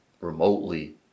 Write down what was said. remotely